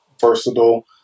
versatile